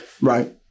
Right